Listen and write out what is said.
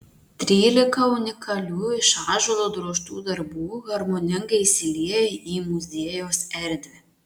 trylika unikalių iš ąžuolo drožtų darbų harmoningai įsilieja į muziejaus erdvę